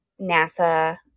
NASA